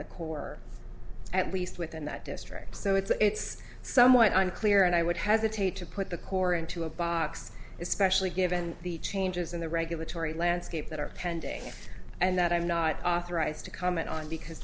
the core at least within that district so it's somewhat unclear and i would hesitate to put the corps into a box especially given the changes in the regulatory landscape that are pending and that i'm not authorized to comment on because